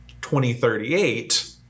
2038